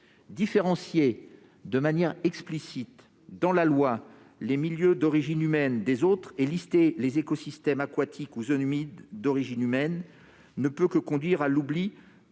Différencier de manière explicite dans la loi les milieux d'origine humaine des autres et lister les écosystèmes aquatiques ou zones humides d'origine humaine ne peut que conduire à l'oubli